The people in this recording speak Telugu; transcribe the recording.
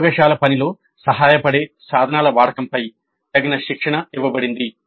ప్రయోగశాల పనిలో సహాయపడే సాధనాల వాడకంపై తగిన శిక్షణ ఇవ్వబడింది